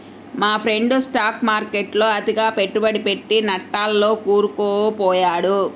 మా friend stock మార్కెట్టులో అతిగా పెట్టుబడి పెట్టి నట్టాల్లో కూరుకుపొయ్యాడు